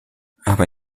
aber